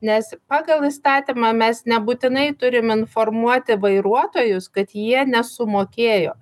nes pagal įstatymą mes nebūtinai turim informuoti vairuotojus kad jie nesumokėjo